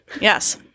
Yes